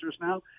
now